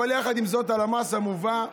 עם זאת, על המס המובא לפה,